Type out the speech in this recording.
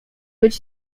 być